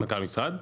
מנכ"ל המשרד?